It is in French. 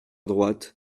droite